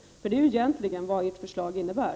För det är egentligen vad ert förslag innebär.